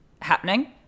happening